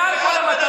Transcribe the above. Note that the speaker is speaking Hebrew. מעל כל המטרות,